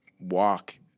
walk